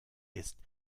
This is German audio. ist